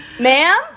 Ma'am